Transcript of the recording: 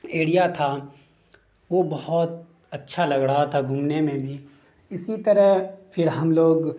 area تھا وہ بہت اچھا لگ رہا تھا گھومنے میں بھی اسی طرح پھر ہم لوگ